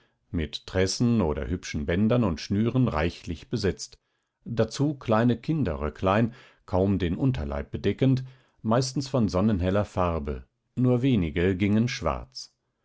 mit tressen oder hübschen bändern und schnüren reichlich besetzt dazu kleine kinderröcklein kaum den unterleib bedeckend meistens von sonnenheller farbe nur wenige gingen schwarz